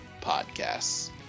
podcasts